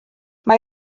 mae